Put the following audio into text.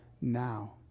now